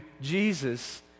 Jesus